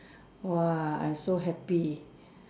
!wah! I so happy